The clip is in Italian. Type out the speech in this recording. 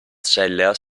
seller